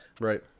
Right